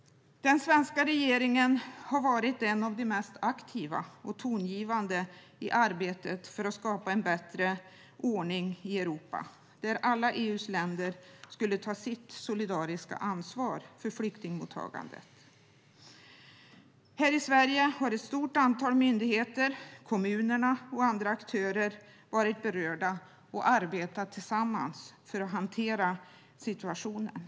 Den svenska regeringen har varit en av de mest aktiva och tongivande i arbetet för att skapa en bättre ordning i Europa, för att alla EU:s länder ska ta sitt solidariska ansvar för flyktingmottagandet. Här i Sverige har ett stort antal myndigheter, kommunerna och andra aktörer varit berörda och arbetat tillsammans för att hantera situationen.